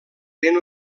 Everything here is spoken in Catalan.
ben